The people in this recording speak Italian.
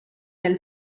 del